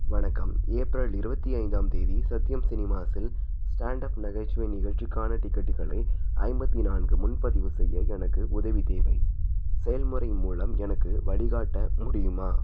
வணக்கம் ஏப்ரல் இருபத்தி ஐந்தாம் தேதி சத்யம் சினிமாஸ்ஸில் ஸ்டாண்ட் அப் நகைச்சுவை நிகழ்ச்சிக்கான டிக்கெட்டுகளை ஐம்பத்தி நான்கு முன்பதிவு செய்ய எனக்கு உதவி தேவை செயல்முறை மூலம் எனக்கு வழிகாட்ட முடியுமா